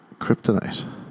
kryptonite